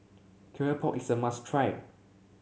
Keropok is a must try